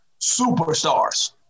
superstars